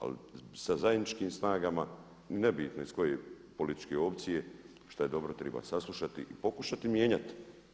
Ali sa zajedničkim snagama nebitno iz koje političke opcije šta je dobro tri saslušati i pokušati mijenjati.